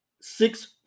six